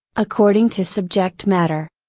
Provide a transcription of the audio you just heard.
according to subject matter.